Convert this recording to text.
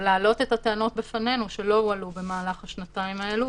או להעלות את הטענות בפנינו שלא הועלו בשנתיים האלה.